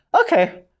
okay